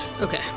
Okay